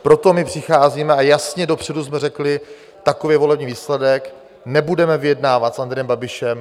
Proto my přicházíme a jasně dopředu jsme řekli: Takový volební výsledek, nebudeme vyjednávat s Andrejem Babišem.